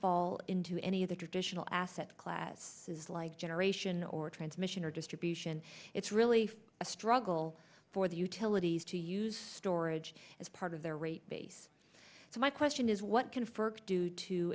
fall into any of the traditional asset class is like generation or transmission or distribution it's really a struggle for the utilities to use storage as part of their rate base so my question is what can